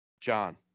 John